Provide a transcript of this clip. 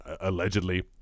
Allegedly